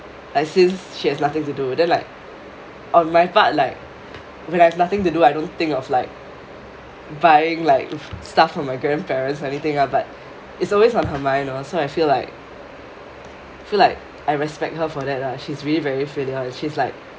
like since she has nothing to do then like on my part like when I have nothing to do I don't think of like buying like stuff for my grandparents anything lah but it's always on her mind lor so I feel like feel like I respect her for that lah she is really very filial she is like